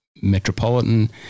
metropolitan